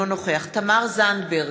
אינו נוכח תמר זנדברג,